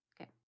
Okay